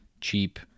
cheap